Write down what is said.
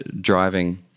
driving